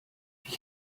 ich